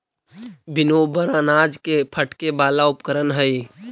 winnower अनाज के फटके वाला उपकरण हई